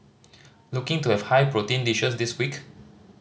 looking to have high protein dishes this week